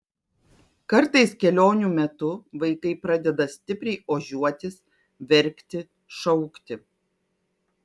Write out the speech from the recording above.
kartais kelionių metu vaikai pradeda stipriai ožiuotis verkti šaukti